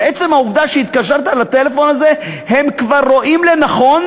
ומעצם העובדה שהתקשרת לטלפון הזה הם כבר רואים לנכון,